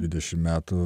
dvidešim metų